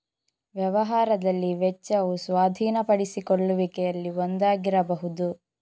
ವ್ಯವಹಾರದಲ್ಲಿ ವೆಚ್ಚವು ಸ್ವಾಧೀನಪಡಿಸಿಕೊಳ್ಳುವಿಕೆಯಲ್ಲಿ ಒಂದಾಗಿರಬಹುದು